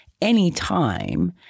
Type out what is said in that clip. anytime